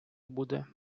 буде